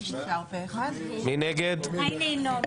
מי נגד, מי נמנע?